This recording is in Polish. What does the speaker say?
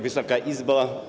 Wysoka Izbo!